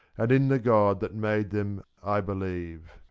and in the god that made them i believe.